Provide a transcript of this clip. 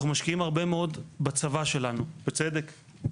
אנחנו משקיעים הרבה מאוד בצבא שלנו, בצדק.